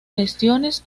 gestiones